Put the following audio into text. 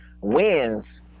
wins